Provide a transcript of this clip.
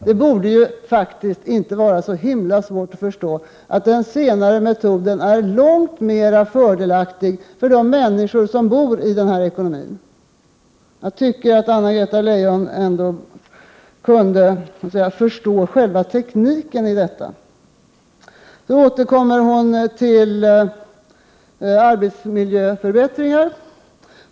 Det borde faktiskt inte vara så väldigt svårt att förstå att den senare metoden är långt mera fördelaktig för de människor som verkar i den här ekonomin. Jag tycker att Anna-Greta Leijon ändå borde förstå själva tekniken i detta. Anna-Greta Leijon återkommer till arbetsmiljöförbättringar.